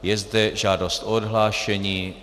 Je zde žádost o odhlášení.